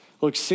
Look